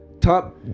top